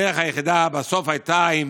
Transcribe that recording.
הדרך היחידה בסוף הייתה אם,